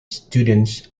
students